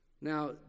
Now